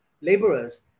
laborers